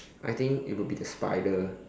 I think it would be the spider